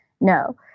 no